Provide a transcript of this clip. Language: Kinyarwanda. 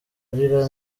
arira